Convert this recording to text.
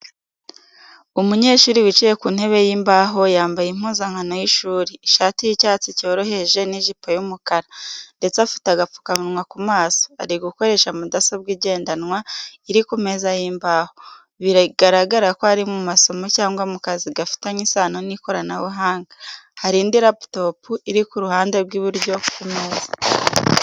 Umunyeshuri wicaye ku ntebe y’imbaho, yambaye impuzankano y’ishuri, ishati y’icyatsi cyoroheje n’ijipo y’umukara, ndetse afite agapfukamunwa ku maso. ari gukoresha mudasobwa igendanwa, iri ku meza y’imbaho, bigaragara ko ari mu masomo cyangwa mu kazi gafitanye isano n’ikoranabuhanga. Hari indi laptop iri ku ruhande rw’iburyo ku meza.